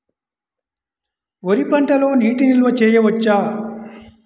వరి పంటలో నీటి నిల్వ చేయవచ్చా?